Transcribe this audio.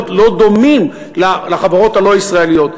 לא דומים לאלה של החברות הלא-ישראליות,